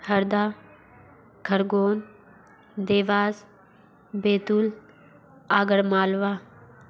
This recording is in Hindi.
हरदा खरगौन देवास बैतूल आगर मालवा